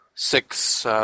Six